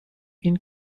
این